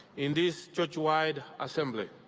in this churchwide assembly.